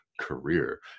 career